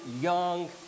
young